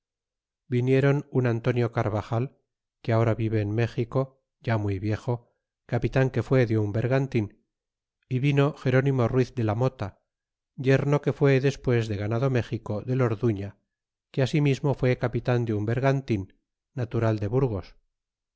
vinieron un antonio caravajal que ahora vive en méxico ya muy viejo capitan que fue de un vergantin y vino gernimo ruiz de la mota yerno que fu é despues de ganado méxico del orduña que asimismo fué capitan de un vergantin natural de burgos